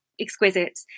exquisite